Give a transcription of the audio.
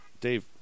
Dave